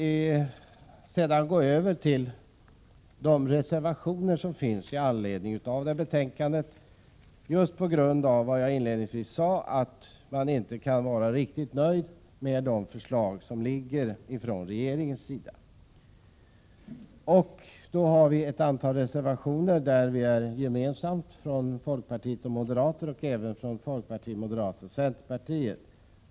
Jag vill nu gå över till de reservationer som har knutits till detta betänkande just på grund av, som jag inledningsvis sade, att man inte kan vara riktigt nöjd med det förslag som framlagts av regeringen. Vi har ett antal reservationer som är gemensamma för folkpartiet och moderaterna och även för folkpartiet, moderaterna och centerpartiet.